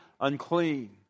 unclean